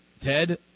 ted